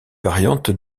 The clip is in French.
variantes